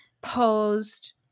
posed